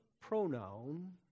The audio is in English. pronoun